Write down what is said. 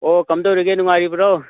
ꯑꯣ ꯀꯝꯗꯧꯔꯤꯒꯦ ꯅꯨꯡꯉꯥꯏꯔꯤꯕ꯭ꯔꯣ